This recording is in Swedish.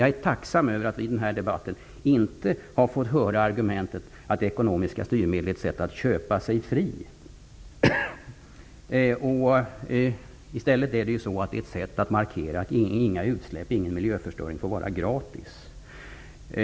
Jag är tacksam över att vi i den här debatten inte har behövt höra argumentet att ekonomiska styrmedel innebär att man kan köpa sig fri. Ekonomiska styrmedel är ett sätt att markera att inga utsläpp, ingen miljöförstöring, får vara gratis.